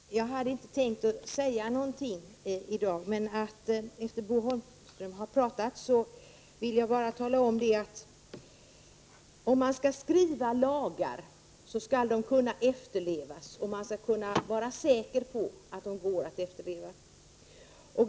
Herr talman! Jag hade inte tänkt delta i denna debatt, men efter Bo Holmbergs anförande vill jag framhålla att man skall skriva lagar som går att efterleva; man skall vara säker på att de går att efterleva.